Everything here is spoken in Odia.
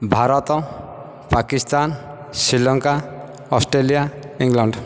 Bharat Pakistan Sri Lanka Australia England